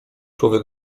człowiek